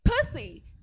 pussy